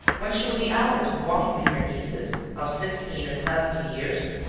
when she would be out walking with her nieces, of sixteen and seventeen years,